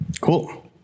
cool